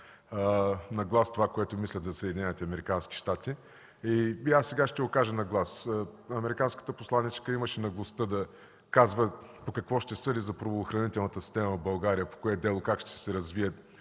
на глас това, което мислят за Съединените американски щати. Аз сега ще го кажа на глас: американската посланичка имаше наглостта да казва по какво ще съди за правоохранителната система в България – по това кое дело как ще се развие,